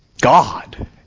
god